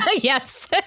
Yes